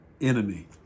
enemy